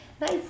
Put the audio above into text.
nice